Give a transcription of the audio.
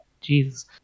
Jesus